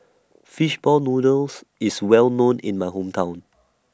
Fishball Noodles IS Well known in My Hometown